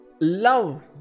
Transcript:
love